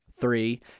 Three